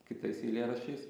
kitais eilėraščiais